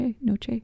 noche